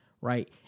right